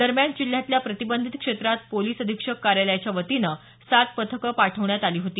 दरम्यान जिल्ह्यातल्या प्रतिबंधित क्षेत्रात पोलिस अधीक्षक कार्यालयाच्या वतीनं सात पथकं पाठवण्यात आली होती